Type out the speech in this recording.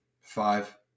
five